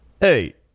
Hey